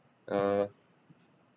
uh